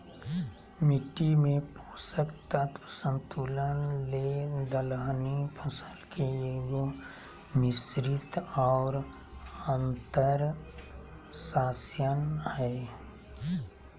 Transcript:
मिट्टी में पोषक तत्व संतुलन ले दलहनी फसल के एगो, मिश्रित और अन्तर्शस्ययन हइ